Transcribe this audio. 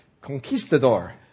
conquistador